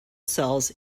cells